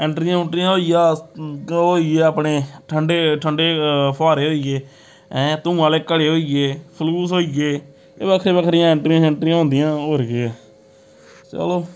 एंटरियांं उंटरियां होई गेआ ग होई गे अपने ठंडे ठंडे फुहारे होई गे ऐं धूआं आह्लें घड़े होई गे फलूस होई गे एह् बक्खरियां बक्खरियां एंटरियां शैंटरियां होंदियां होर केह् चलो